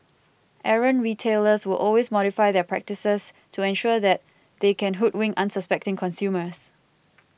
errant retailers will always modify their practices to ensure that they can hoodwink unsuspecting consumers